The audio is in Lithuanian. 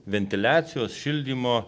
ventiliacijos šildymo